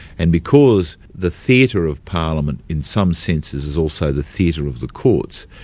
and because the theatre of parliament in some senses is also the theatre of the courts,